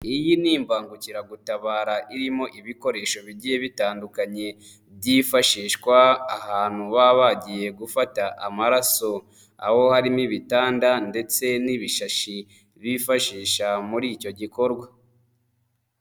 Iyi ni imbangukiragutabara irimo ibikoresho bigiye bitandukanye byifashishwa ahantu baba bagiye gufata amaraso. Aho harimo ibitanda ndetse n'ibishashi bifashisha muri icyo gikorwa.